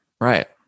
right